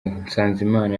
nsanzimana